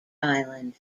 island